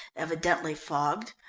evidently fogged,